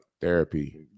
therapy